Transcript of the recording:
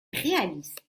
réalistes